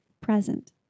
present